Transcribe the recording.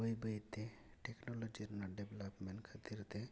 ᱵᱟᱹᱭ ᱵᱟᱹᱭᱛᱮ ᱴᱮᱠᱱᱳᱞᱳᱡᱤ ᱨᱮᱱᱟᱜ ᱰᱮᱵᱽᱞᱳᱯᱢᱮᱱᱴ ᱠᱷᱟᱹᱛᱤᱨ ᱛᱮ